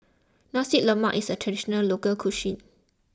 Nasi Lemak is a Traditional Local Cuisine